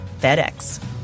FedEx